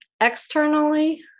externally